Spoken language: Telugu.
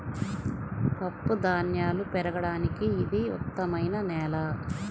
పప్పుధాన్యాలు పెరగడానికి ఇది ఉత్తమమైన నేల